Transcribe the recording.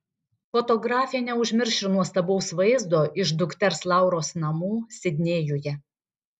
fotografė neužmirš ir nuostabaus vaizdo iš dukters lauros namų sidnėjuje